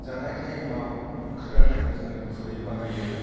जानाय टाइमाव ओंख्रि लानो थाखाय जोङो खुरि बाहायो